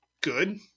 Good